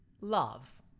love